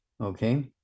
okay